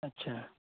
ᱟᱪᱪᱷᱟ